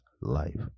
Life